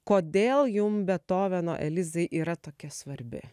kodėl jum betoveno elizai yra tokia svarbi